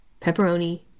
pepperoni